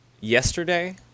yesterday